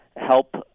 help